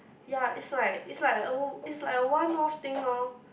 yeah is like is like uh is like a one off thing lor